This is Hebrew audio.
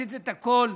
עשית הכול,